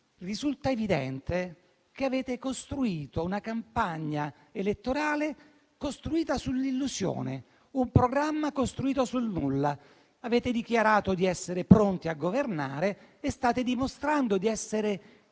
Risulta evidente che avete costruito una campagna elettorale sull'illusione; il vostro programma era costruito sul nulla. Avete dichiarato di essere pronti a governare e state dimostrando di essere